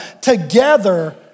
together